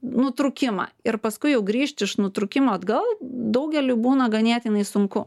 nutrūkimą ir paskui jau grįžt iš nutrūkimo atgal daugeliui būna ganėtinai sunku